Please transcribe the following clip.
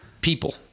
people